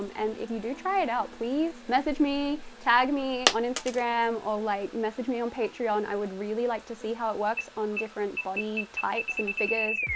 um and if you do try it out, please message me, tag me on instagram or like message me on patreon, i would really like to see how it works on different body types and figures.